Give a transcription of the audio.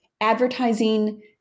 advertising